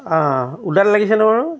লাগিছেনে বাৰু